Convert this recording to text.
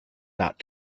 not